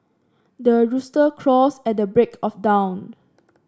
the rooster crows at the break of dawn